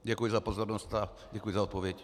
Děkuji za pozornost a děkuji za odpověď.